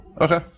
Okay